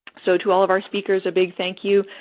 so, to all of our speakers, a big thank you.